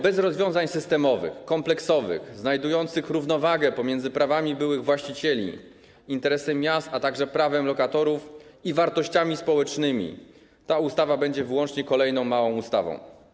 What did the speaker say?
Bez rozwiązań systemowych, kompleksowych, znajdujących równowagę pomiędzy prawami byłych właścicieli, interesem miast, prawem lokatorów a wartościami społecznymi ta ustawa będzie wyłącznie kolejną małą ustawą.